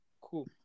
cool